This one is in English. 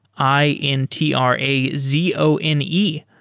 i n t r a z o n e.